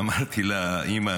ואמרתי לה: אימא,